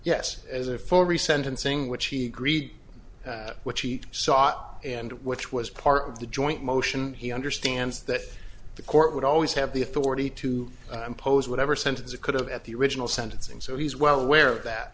yes as a form re sentencing which he agreed which he sought and which was part of the joint motion he understands that the court would always have the authority to impose whatever sentence it could have at the original sentencing so he's well aware of that